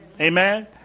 Amen